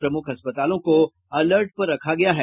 प्रमुख अस्पतालों को अलर्ट पर रखा गया है